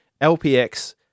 LPX